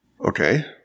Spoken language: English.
Okay